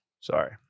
Sorry